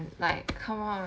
like come on